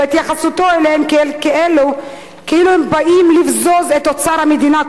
בהתייחסו אליהם כאילו הם באים לבזוז את אוצר המדינה.